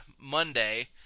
Monday